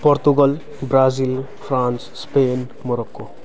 Portugal Brazil France Spain Morocco